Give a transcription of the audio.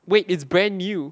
wait it's brand new